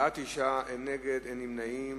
בעד, 9, אין נגד, אין נמנעים.